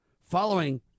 following